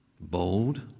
bold